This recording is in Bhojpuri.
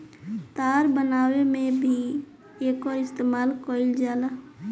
तार बनावे में भी एकर इस्तमाल कईल जाला